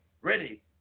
ready